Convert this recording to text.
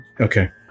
Okay